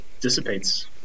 dissipates